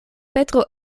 petro